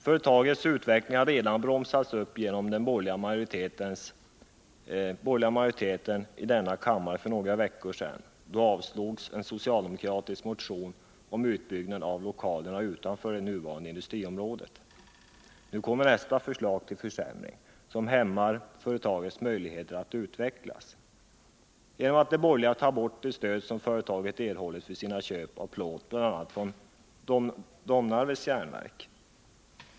Företagets utveckling har redan bromsats upp genom att den borgerliga majoriteten i denna kammaren för några veckor sedan avslog en socialdemokratisk motion om utbyggnad av lokalerna utanför det nuvarande industriområdet. Nu kommer nästa förslag till försämring, som hämmar företagets möjligheter att utvecklas, genom att de borgerliga tar bort det stöd som företaget erhållit vid sina köp av plåt från bl.a. Domnarvets Jernverk.